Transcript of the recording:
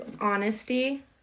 honesty